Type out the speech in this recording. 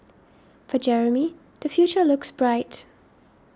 for Jeremy the future looks bright